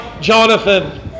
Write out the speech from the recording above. Jonathan